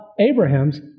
Abraham's